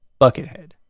buckethead